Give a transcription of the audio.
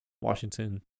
Washington